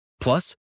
Plus